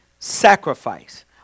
Sacrifice